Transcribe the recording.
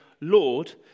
Lord